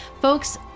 folks